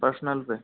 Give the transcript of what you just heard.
personal पे